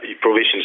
provisions